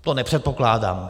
To nepředpokládám.